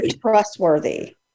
trustworthy